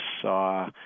saw